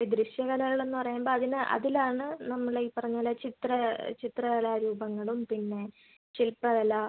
ഈ ദൃശ്യകലകളെന്ന് പറയുമ്പോൾ അതിനെ അതിലാണ് നമ്മളെ ഈ പറഞ്ഞതുപോലെ ചിത്ര ചിത്രകലാ രൂപങ്ങളും പിന്നെ ശിൽപ്പകല